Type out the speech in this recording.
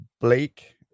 Blake